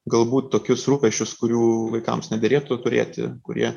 galbūt tokius rūpesčius kurių vaikams nederėtų turėti kurie